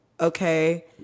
okay